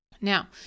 Now